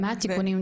מה התיקונים?